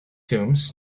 tombs